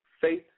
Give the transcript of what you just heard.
faith